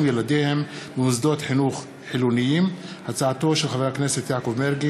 ילדיהם במוסדות חינוך חילוניים הצעתו של חבר הכנסת יעקב מרגי,